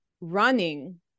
running